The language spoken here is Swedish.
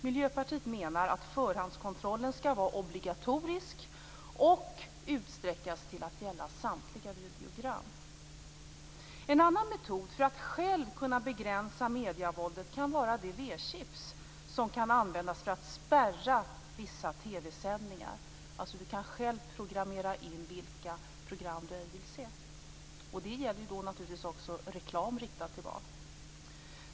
Miljöpartiet menar att förhandskontrollen skall vara obligatorisk och utsträckas till att gälla samtliga videogram. En annan metod för att själv kunna begränsa mediavåldet kan vara de V-chips som kan användas för att spärra vissa TV-sändningar. Man kan alltså själv programmera in vilka program som man inte vill se. Det gäller naturligtvis även reklam riktad till barn.